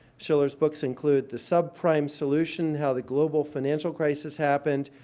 shiller's books include the subprime solution how the global financial crisis happened,